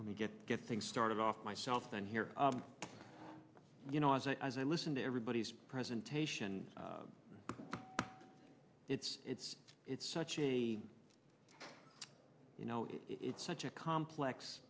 we get get things started off myself then here you know as i as i listen to everybody's presentation it's it's it's such a you know it's such a complex